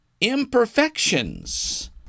imperfections